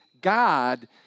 God